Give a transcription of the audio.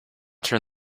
turn